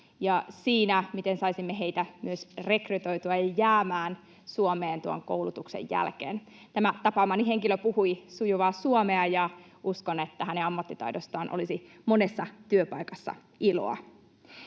ja siinä, miten saisimme heitä myös rekrytoitua ja jäämään Suomeen tuon koulutuksen jälkeen. Tämä tapaamani henkilö puhui sujuvaa suomea, ja uskon, että hänen ammattitaidostaan olisi monessa työpaikassa iloa.